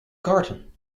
karten